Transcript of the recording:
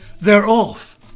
thereof